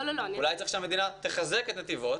אולי צריך שהמדינה תחזק את נתיבות